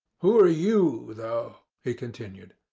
who are you, though? he continued,